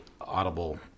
audible